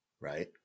Right